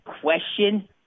question